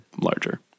larger